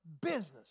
business